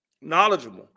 knowledgeable